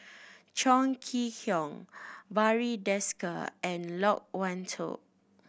Chong Kee Hiong Barry Desker and Loke Wan Tho